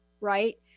right